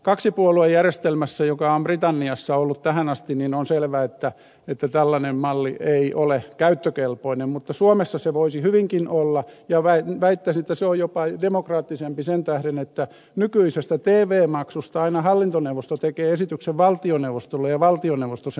kaksipuoluejärjestelmässä joka on britanniassa ollut tähän asti on selvää että tällainen malli ei ole käyttökelpoinen mutta suomessa se voisi hyvinkin olla ja väittäisin että se on jopa demokraattisempi sen tähden että nykyisestä tv maksusta aina hallintoneuvosto tekee esityksen valtioneuvostolle ja valtioneuvosto sen vahvistaa